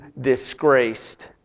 disgraced